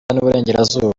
n’uburengerazuba